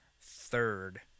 third